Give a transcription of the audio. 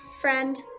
friend